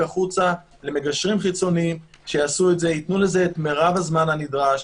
החוצה למגשרים חיצוניים שייתנו לזה מרב הזמן הנדרש.